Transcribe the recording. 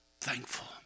Thankful